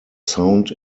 sound